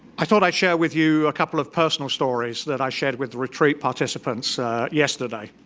i thought i'd share with you a couple of personal stories that i shared with the retreat participants yesterday.